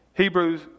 Hebrews